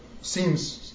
seems